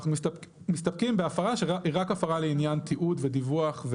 אנחנו מסתפקים בהפרה שהיא רק הפרה לעניין תיעוד ודיווח.